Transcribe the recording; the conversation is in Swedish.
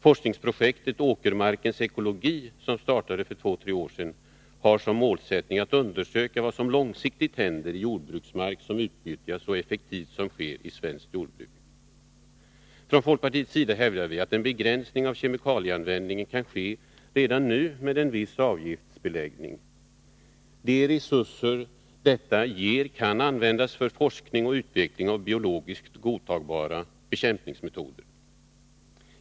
Forskningsprojektet Åkermarkens ekologi, som startade för två tre år sedan, har som målsättning att undersöka vad som långsiktigt händer i jordbruksmark som utnyttjas så effektivt som sker i svenskt jordbruk. Från folkpartiets sida hävdar vi att en begränsning av kemikalieanvändningen kan ske redan nu med en viss avgiftsbeläggning. De resurser som detta ger kan användas för forskning och utveckling av biologiskt godtagbara bekämpningsmetoder.